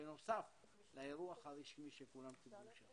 בנוסף, לאירוח הרשמי שכולם קיבלו שם.